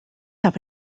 have